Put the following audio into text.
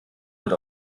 wird